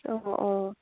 অঁ অঁ